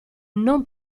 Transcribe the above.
non